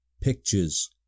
Pictures